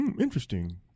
Interesting